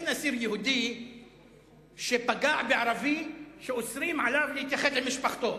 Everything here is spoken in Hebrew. אין אסיר יהודי שפגע בערבי ואוסרים עליו להתייחד עם משפחתו.